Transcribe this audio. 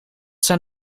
zijn